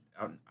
out